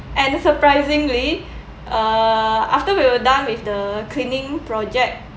and surprisingly uh after we were done with the cleaning project